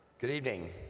good evening,